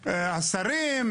השרים,